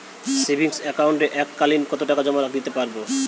Savings একাউন্টে এক কালিন কতটাকা জমা দিতে পারব?